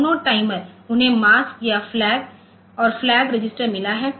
दोनों टाइमर उन्हें मास्क और फ्लैग रजिस्टर मिला है